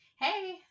Hey